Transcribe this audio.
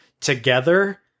together